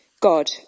God